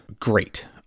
great